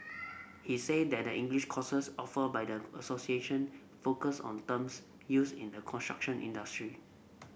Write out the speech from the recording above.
he said that the English courses offered by the association focus on terms used in the construction industry